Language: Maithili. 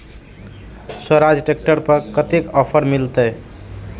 स्वराज ट्रैक्टर पर कतेक ऑफर मिलते?